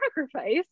sacrifice